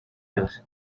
yose